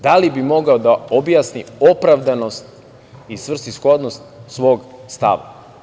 Da li bi mogao da objasni opravdanost i svrsishodnost svog stava?